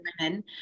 women